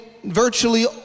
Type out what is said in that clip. virtually